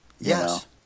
Yes